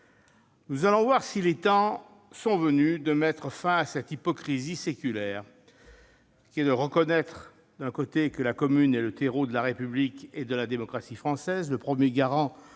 Nous allons voir si les temps sont venus de mettre fin à cette hypocrisie séculaire : reconnaître que la commune est le terreau de la République et de la démocratie françaises, le premier garant